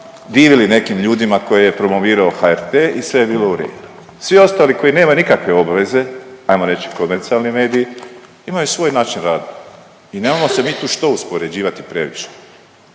divili nekim ljudima koje je promovirao HRT i sve je bilo u redu. Svi ostali koji nemaju nikakve obveze, hajmo reći komercijalni mediji imaju svoj način rada i nemamo se mi tu što uspoređivati previše.